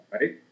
Right